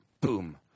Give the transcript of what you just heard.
Boom